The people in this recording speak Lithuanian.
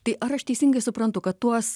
tai ar aš teisingai suprantu kad tuos